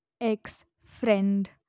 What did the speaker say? ex-friend